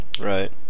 Right